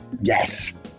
Yes